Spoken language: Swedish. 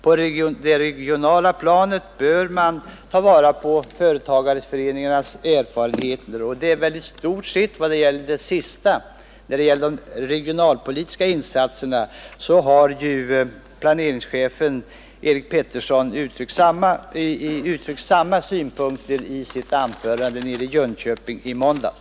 På det regionala planet bör man ta vara på företagarföreningarnas erfarenheter. När det gäller de regionalpolitiska insatserna uttryckte planeringschefen Eric Pettersson samma synpunkter i sitt anförande i Jönköping i måndags.